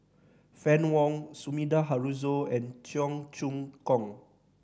Fann Wong Sumida Haruzo and Cheong Choong Kong